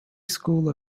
school